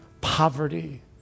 poverty